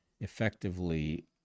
effectively